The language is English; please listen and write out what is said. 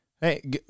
Hey